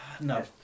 No